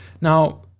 now